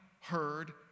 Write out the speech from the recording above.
heard